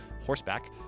horseback